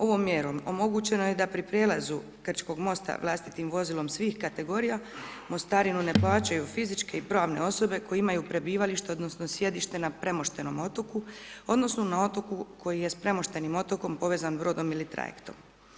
Ovom mjerom omogućeno je da pri prijelazu Krčkog mosta vlastitim vozilom svih kategorija mostarinu ne plaćaju fizičke i pravne osobe koje imaju prebivalište odnosno sjedište na premoštenom otoku odnosno na otoku koji je s premoštenim otokom povezan brodom ili trajektom.